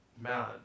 man